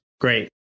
Great